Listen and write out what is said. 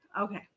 Okay